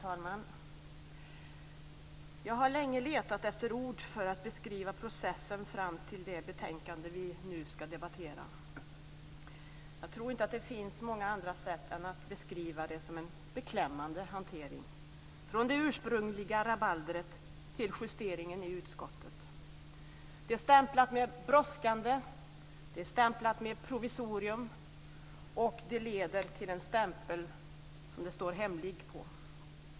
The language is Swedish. Fru talman! Jag har länge letat efter ord för att beskriva processen fram till det betänkande som vi nu ska debattera men jag tror inte att det finns många andra sätt att beskriva det hela på än att beskriva det som en beklämmande hantering, från det ursprungliga rabaldret till justeringen i utskottet. Detta är stämplat med Brådskande och med Provisorium, och det leder till en stämpel som det står Hemlig på.